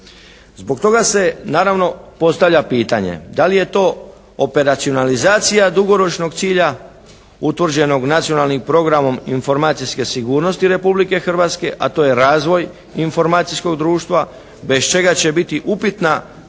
Zbog toga se naravno postavlja pitanje da li je to operacionizacija dugoročnog cilja utvrđenog nacionalnim programa informacijske sigurnosti Republike Hrvatske, a to je razvoj informacijskog društva bez čega će biti upitna